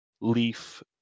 leaf